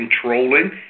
controlling